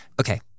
Okay